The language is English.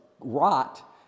rot